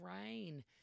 rain